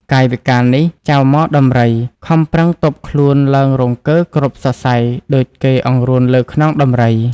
កាយវិការនេះចៅហ្មដំរី ខំប្រឹងទប់ខ្លួនឡើងរង្គើគ្រប់សរសៃដូចគេអង្រន់លើខ្នង ដំរី។